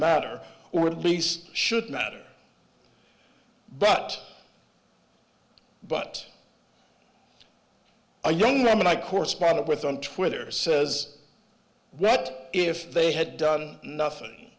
matter or at least should matter but but a young woman i corresponded with on twitter says that if they had done nothing